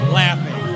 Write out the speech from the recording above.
laughing